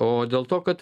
o dėl to kad